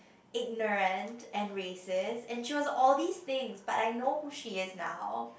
ignorant and racist and she was all these things but I know who she is now